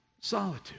solitude